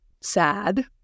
sad